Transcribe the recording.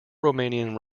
romanian